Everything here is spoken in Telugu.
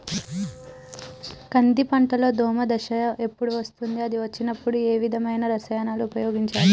కంది పంటలో దోమ దశ ఎప్పుడు వస్తుంది అది వచ్చినప్పుడు ఏ విధమైన రసాయనాలు ఉపయోగించాలి?